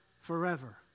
forever